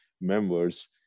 members